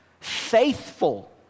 faithful